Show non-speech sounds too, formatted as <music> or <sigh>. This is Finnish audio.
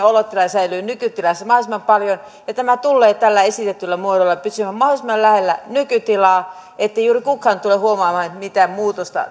<unintelligible> olotila säilyy nykytilassa mahdollisimman paljon ja tämä tulee täällä esitetyllä muodolla pysymään mahdollisimman lähellä nykytilaa ettei juuri kukaan tule huomaamaan mitään muutosta